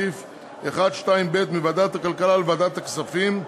את סעיף 1(2)(ב) מוועדת הכלכלה לוועדת הכספים,